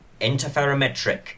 interferometric